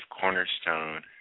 cornerstone